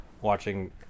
watching